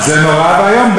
זה נורא ואיום.